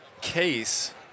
case